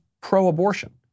pro-abortion